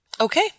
Okay